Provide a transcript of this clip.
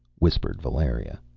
whispered valeria.